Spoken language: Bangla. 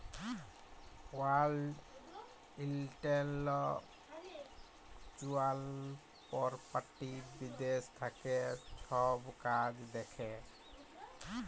ওয়াল্ড ইলটেল্যাকচুয়াল পরপার্টি বিদ্যাশ থ্যাকে ছব কাজ দ্যাখে